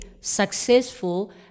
successful